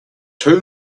too